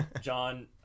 John